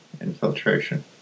infiltration